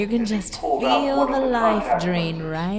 as he pulled out one of the contact lenses.